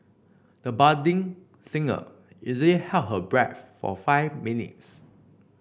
the budding singer easily held her breath for five minutes